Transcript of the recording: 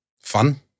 fun